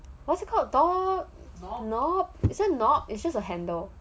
what's it called door knob is it knob it's just a handle